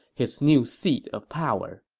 his new seat of power.